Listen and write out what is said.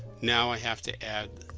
now i have to add